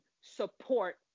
support